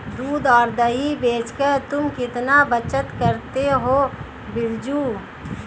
दूध और दही बेचकर तुम कितना बचत करते हो बिरजू?